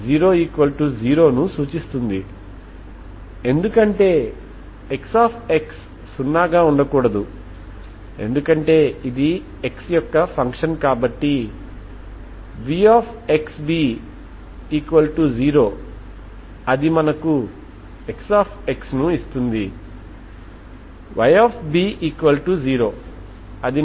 Y00 ఇది Y00ను సూచిస్తుంది ఎందుకంటే Xx సున్నాగా ఉండకూడదు ఎందుకంటే ఇది xయొక్క ఫంక్షన్ కాబట్టి vxb0 అది మనకు Xx ను ఇస్తుంది